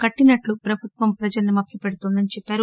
కట్టినట్టు ప్రభుత్వం ప్రజల్ని మభ్య పెడుతోందని చెప్పారు